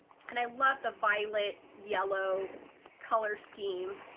and i love the violet yellow color scheme.